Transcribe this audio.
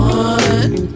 one